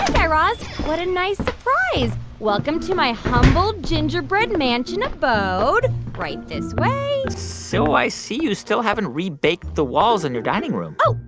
guy raz. what a nice surprise. welcome to my humble gingerbread mansion abode. right this way so i see you still haven't rebaked the walls in your dining room oh,